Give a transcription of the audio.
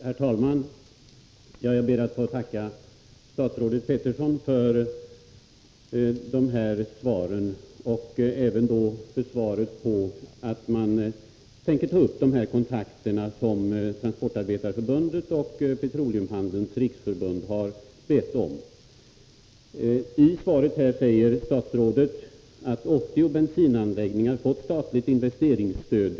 Herr talman! Jag ber att få tacka statsrådet Peterson för denna komplettering och då även för beskedet att man på industridepartementet tänker tillmötesgå Transportarbetareförbundet och Petroleumhandelns riksförbund i fråga om de kontakter de bett om. Statsrådet säger i svaret att 80 bensinanläggningar tidigare har fått statligt investeringsstöd.